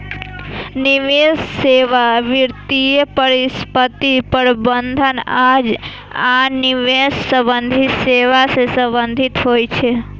निवेश सेवा वित्तीय परिसंपत्ति प्रबंधन आ आन निवेश संबंधी सेवा सं संबंधित होइ छै